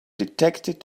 detected